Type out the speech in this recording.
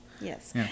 yes